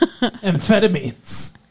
amphetamines